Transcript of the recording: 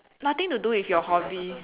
nothing to do with your hobby